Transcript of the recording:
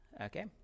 Okay